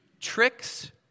tricks